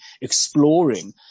exploring